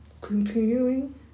continuing